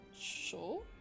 Sure